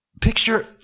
picture